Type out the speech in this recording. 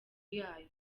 yayo